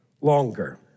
longer